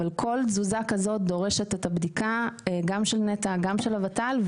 אבל כל תזוזה כזאת דורשת את הבדיקה גם של נת"ע וגם של הות"ל.